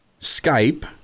skype